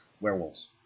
werewolves